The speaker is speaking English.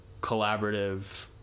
collaborative